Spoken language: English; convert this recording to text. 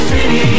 City